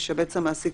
ישבץ המעסיק,